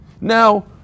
Now